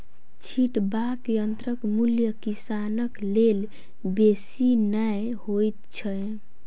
छिटबाक यंत्रक मूल्य किसानक लेल बेसी नै होइत छै